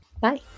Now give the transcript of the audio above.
Bye